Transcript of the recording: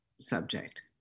subject